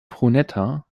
terrakotta